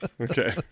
Okay